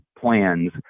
plans